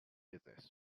business